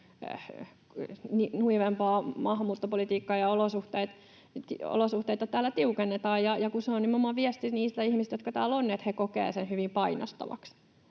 nuivempaa maahanmuuttopolitiikkaa ja olosuhteita täällä tiukennetaan. Nimenomaan viesti niiltä ihmisiltä, jotka täällä ovat, on se, että he kokevat hyvin painostavaksi,